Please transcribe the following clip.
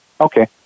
Okay